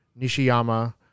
Nishiyama